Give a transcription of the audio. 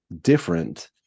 different